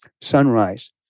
Sunrise